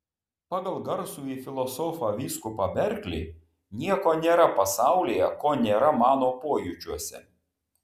pagal garsųjį filosofą vyskupą berklį nieko nėra pasaulyje ko nėra mano pojūčiuose